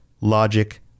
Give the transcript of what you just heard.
logic